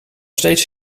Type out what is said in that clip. steeds